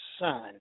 son